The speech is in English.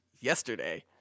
yesterday